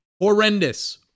horrendous